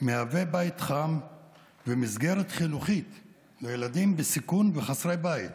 מהווה בית חם ומסגרת חינוכית לילדים בסיכון וחסרי בית,